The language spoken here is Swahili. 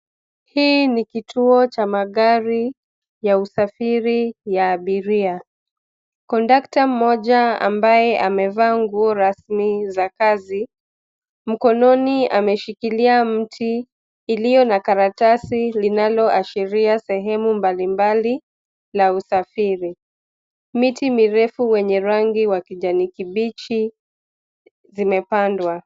Hii ni kituo cha magari ya usafiri ya abiria. Kondakta mmoja ambaye amevaa nguo rasmi za kazi, mkononi ameshikilia mti iliyo na karatasi linaloashiria sehemu mbalimbali la usafiri. Miti mirefu wenye rangi wa kijani kibichi zimepandwa.